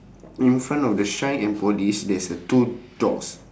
in front of the shine and polish there's a two doors